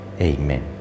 Amen